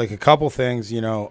like a couple things you know